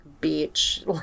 beach